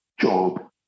job